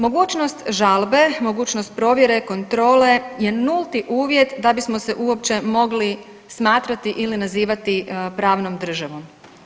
Mogućnost žalbe, mogućnost provjere, kontrole je nulti uvjet da bismo se uopće mogli smatrati ili nazivati pravnom državom.